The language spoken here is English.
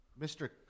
Mr